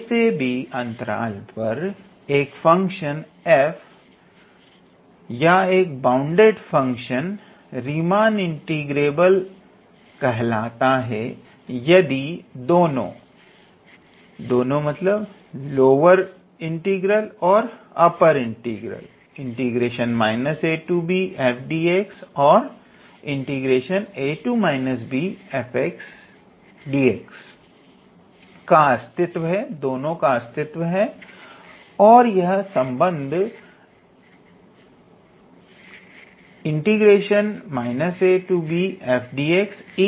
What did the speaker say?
ab पर एक function f या एक बाउंडेड फंक्शन रीमान इंटीग्रेबल कहलाता है यदि दोनों और का अस्तित्व है और यह संबंध को संतुष्ट करते हैं